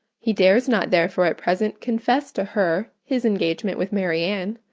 he dares not therefore at present confess to her his engagement with marianne,